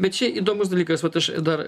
bet čia įdomus dalykas vat aš dar